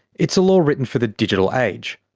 it's a law written for the digital age,